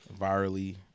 virally